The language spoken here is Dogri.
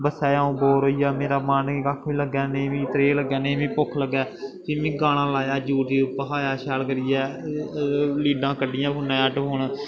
बस्सै च अ'ऊं बोर होई गेआ मेरा मन निं कक्ख बी लग्गै नेईं मिगी त्रेह् लग्गै नेईं मिगी भुक्ख लग्गै फ्ही में गाना लाया यूट्यूब उप्पर भखाया शैल करियै लीडां कड्डियां फोनै चा हैड फोन